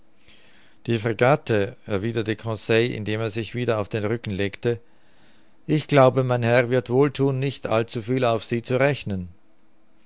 die fregatte erwiderte conseil indem er sich wieder auf den rücken legte ich glaube mein herr wird wohl thun nicht allzuviel auf sie zu rechnen